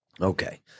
Okay